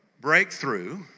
breakthrough